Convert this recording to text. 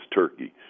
turkey